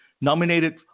Nominated